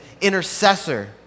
intercessor